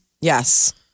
Yes